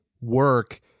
work